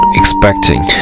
expecting